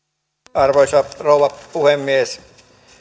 arvoisa rouva puhemies